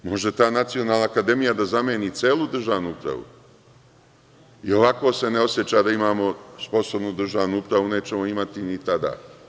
Sve to može, može ta nacionalna akademija da zameni celu državnu upravu, i ovako se ne oseća da imamo sposobnu državnu upravu nećemo imati ni tada.